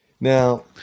Now